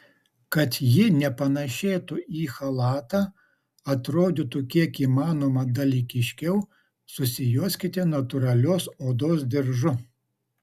kad ji nepanėšėtų į chalatą atrodytų kiek įmanoma dalykiškiau susijuoskite natūralios odos diržu